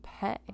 pay